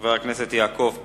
חבר הכנסת יעקב כץ,